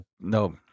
no